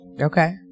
Okay